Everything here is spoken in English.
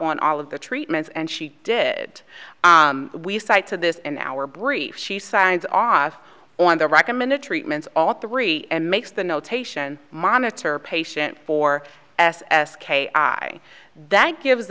on all of the treatments and she did we cite to this in our brief she signed off on the recommended treatments all three makes the notation monitor patient for s s k i that gives